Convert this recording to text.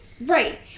Right